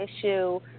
issue